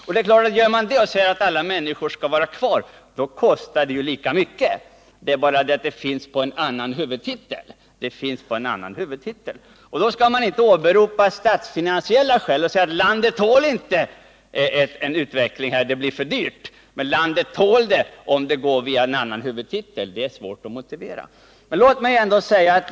Går man på den linjen och säger att alla människor skall vara kvar i dessa industrier, då kostar det lika mycket; det är bara det att kostnaderna finns på en annan huvudtitel. Då skall man inte åberopa statsfinansiella skäl och påstå att landet inte tål en utveckling här. Eller är det så att landet tål den bara därför att den går via en annan huvudtitel? Det är svårt att motivera.